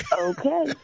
Okay